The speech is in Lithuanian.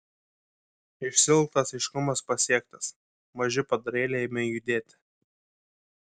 išsiilgtas aiškumas pasiektas maži padarėliai ėmė judėti